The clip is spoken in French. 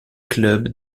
club